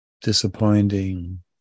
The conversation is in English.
disappointing